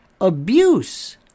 abuse